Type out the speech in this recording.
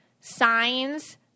signs